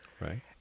Right